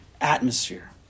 atmosphere